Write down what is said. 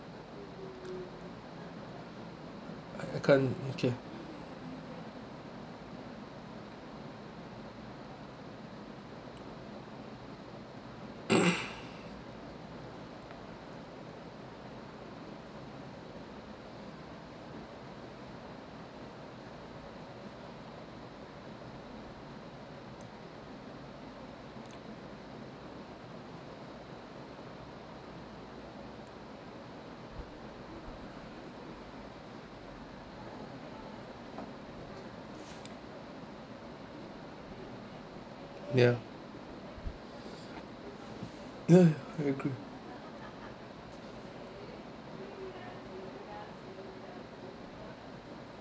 I can't oaky ya ya ya I agree